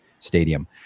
stadium